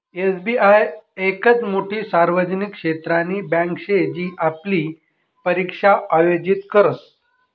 SBI येकच मोठी सार्वजनिक क्षेत्रनी बँके शे जी आपली परीक्षा आयोजित करस